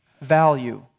value